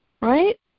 right